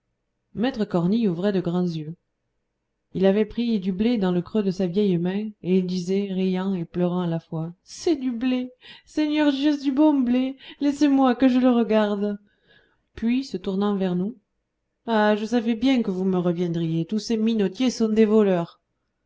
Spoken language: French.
maître cornille ouvrait de grands yeux il avait pris du blé dans le creux de sa vieille main et il disait riant et pleurant à la fois c'est du blé seigneur dieu du bon blé laissez-moi que je le regarde puis se tournant vers nous ah je savais bien que vous me reviendriez tous ces minotiers sont des voleurs